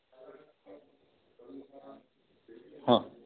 हाँ